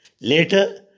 Later